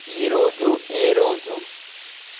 ఈరోజు ఏ రోజు